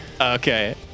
Okay